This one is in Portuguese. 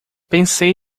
pensei